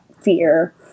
fear